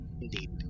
Indeed